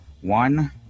One